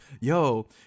yo